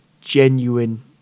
genuine